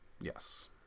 Yes